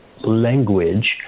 language